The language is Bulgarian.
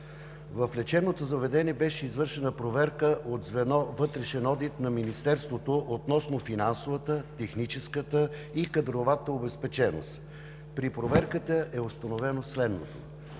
В лечебното заведение беше извършена проверка от звено „Вътрешен одит“ на Министерството относно финансовата, техническата и кадровата обезпеченост. При проверката е установено следното.